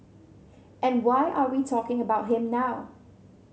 and why are we talking about him now